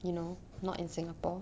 you know not in singapore